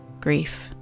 grief